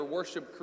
worship